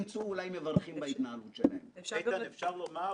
כשהדוח פורסם רק לפני שעתיים, הוא הספיק להגיב.